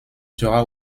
sera